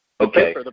Okay